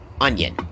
onion